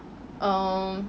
err